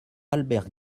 albert